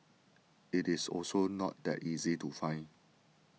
it is also not that easy to find